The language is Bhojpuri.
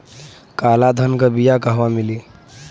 काला धान क बिया कहवा मिली?